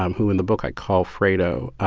um who in the book i call fredo.